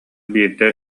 биирдэ